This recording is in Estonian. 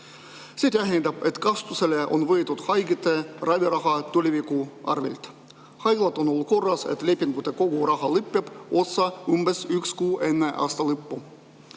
See tähendab, et kasutusele on võetud haigete raviraha tuleviku arvelt. Haiglad on olukorras, kus lepingute koguraha lõpeb otsa umbes üks kuu enne aasta lõppu.